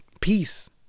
peace